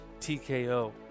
TKO